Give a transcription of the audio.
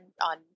on